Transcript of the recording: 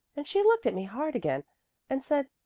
and she looked at me hard again and said,